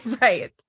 right